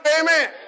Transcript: amen